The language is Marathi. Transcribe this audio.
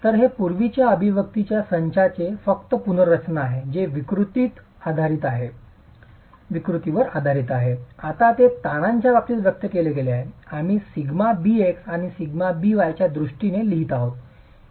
तर हे पूर्वीच्या अभिव्यक्तींच्या संचाचे फक्त पुनर्रचना आहे जे विकृतीवर आधारित आहे आता ते ताणांच्या बाबतीत व्यक्त केले गेले आहे आम्ही ते σbx आणि σby च्या दृष्टीने लिहित आहोत